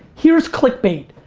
here's clickbait,